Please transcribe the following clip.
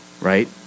right